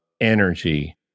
energy